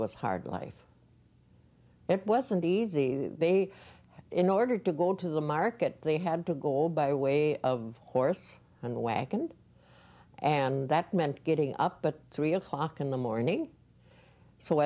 was hard life it wasn't easy they in order to go to the market they had to go by way of course on the way and that meant getting up but three o'clock in the morning so